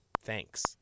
thanks